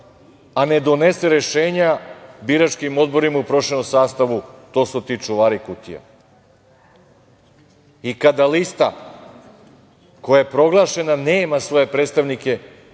a ne donese rešenja biračkim odborima u proširenom sastavu to su ti čuvari kutija. I, kada lista koja je proglašena nema svoje predstavnike